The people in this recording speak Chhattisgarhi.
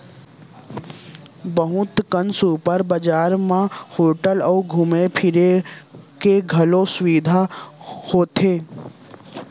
बहुत कन सुपर बजार म होटल अउ घूमे फिरे के घलौक सुबिधा होथे